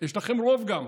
יש לכם רוב גם,